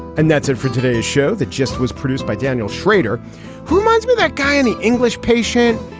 and that's it for today's show. that just was produced by daniel schrader who reminds me that guy any english patient.